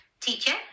teacher